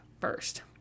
first